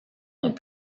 ont